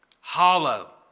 hollow